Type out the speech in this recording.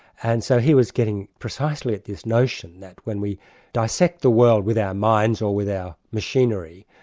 and so he was getting precisely at this notion that when we dissect the world with our minds or with our machinery,